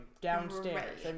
downstairs